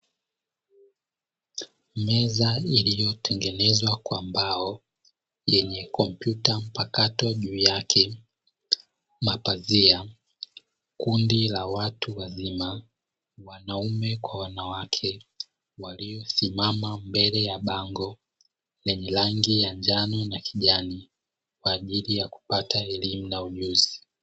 Meza iliyotengenezwa kwa mbao yenye kompyuta mpakato juu yake, mapazia, kundi la watu wazima, wanaume kwa wanawake waliosimama mbele ya bango lenye rangi ya njano na kijani kwa ajili ya kupata elimu na ujuzi.